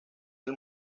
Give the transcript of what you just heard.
del